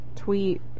tweet